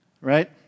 right